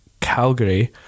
Calgary